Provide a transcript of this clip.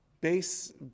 base